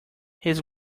his